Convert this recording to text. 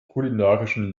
kulinarischen